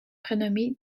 prénommé